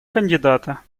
кандидата